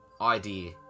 idea